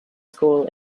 school